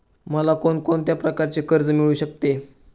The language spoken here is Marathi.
मला कोण कोणत्या प्रकारचे कर्ज मिळू शकते?